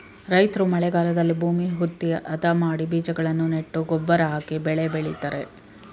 ರೈತ್ರು ಮಳೆಗಾಲದಲ್ಲಿ ಭೂಮಿ ಹುತ್ತಿ, ಅದ ಮಾಡಿ ಬೀಜಗಳನ್ನು ನೆಟ್ಟು ಗೊಬ್ಬರ ಹಾಕಿ ಬೆಳೆ ಬೆಳಿತರೆ